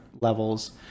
levels